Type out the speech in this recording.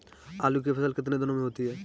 आलू की फसल कितने दिनों में होती है?